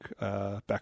back